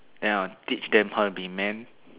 then I'll teach them how to be man